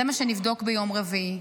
זה מה שנבדוק ביום רביעי.